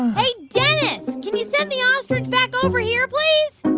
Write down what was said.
hey, dennis, can you send the ostrich back over here, please?